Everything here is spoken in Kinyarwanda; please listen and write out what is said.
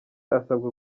asabwa